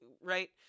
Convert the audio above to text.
right